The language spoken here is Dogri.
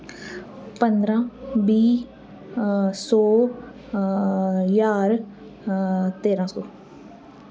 पंदरां बीह् सौ ज्हार तेरां सौ